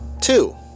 two